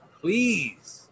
Please